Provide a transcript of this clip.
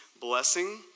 blessing